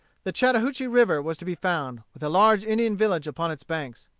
the chattahoochee river was to be found, with a large indian village upon its banks.